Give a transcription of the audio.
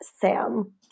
Sam